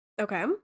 Okay